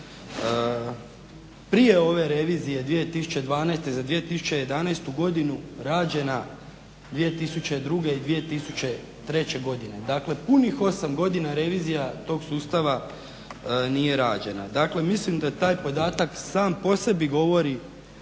prije ove revizije 2012.za 2011.godinu rađena 2002.i 2003.godine, dakle punih 8 godina revizija tog sustava nije rađena. Dakle, mislim da taj podatak sam po sebi govori